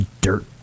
dirt